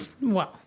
Wow